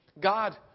God